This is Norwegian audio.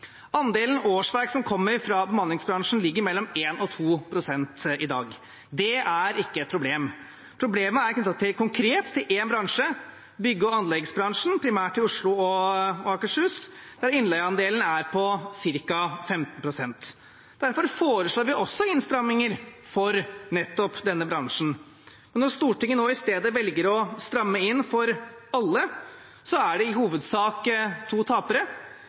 Andelen årsverk som kommer fra bemanningsbransjen, ligger på mellom 1 og 2 pst. i dag. Det er ikke et problem. Problemet er knyttet til én konkret bransje: bygg- og anleggsbransjen, primært i Oslo og Akershus, der innleieandelen er på ca. 15 pst. Derfor foreslår vi innstramminger for nettopp denne bransjen. Når Stortinget nå i stedet velger å stramme inn for alle, er det i hovedsak to tapere.